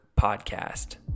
podcast